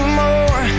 more